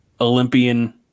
Olympian